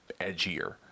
edgier